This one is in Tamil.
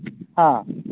ஆ